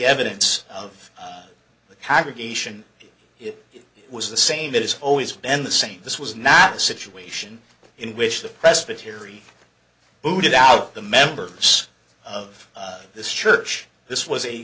evidence of the congregation it was the same it has always been the same this was not a situation in which the presbyterian booted out the members of this church this was a